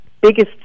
biggest